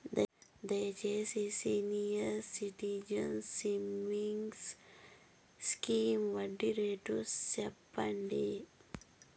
దయచేసి senior citizens savings scheme వడ్డీ rate సెప్పండి